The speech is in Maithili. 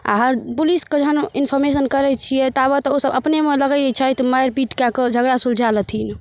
आओर हर पुलिसके जहन इन्फोरमेशन करै छियै ताबत ओ सब अपनेमे लगै छथि मारि पीट कए कऽ झगड़ा सुलझा लेथिन